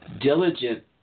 diligent